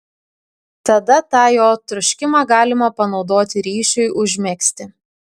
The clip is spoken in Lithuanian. tada tą jo troškimą galima panaudoti ryšiui užmegzti